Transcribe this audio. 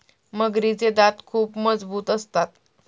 मगरीचे दात खूप मजबूत असतात